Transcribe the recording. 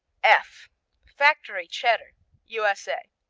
f factory cheddar u s a.